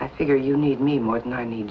i figure you need me mike ninety